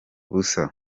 busa